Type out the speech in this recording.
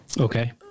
Okay